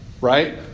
right